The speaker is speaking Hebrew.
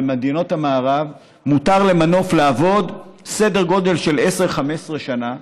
במדינות המערב מותר למנוף לעבוד 10 15 שנה,